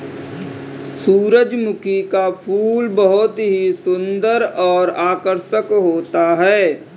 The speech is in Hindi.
सुरजमुखी का फूल बहुत ही सुन्दर और आकर्षक होता है